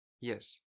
Yes